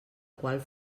qual